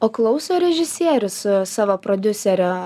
o klauso režisierius savo prodiuserio